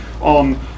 on